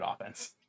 offense